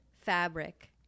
fabric